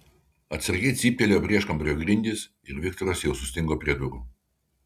atsargiai cyptelėjo prieškambario grindys ir viktoras jau sustingo prie durų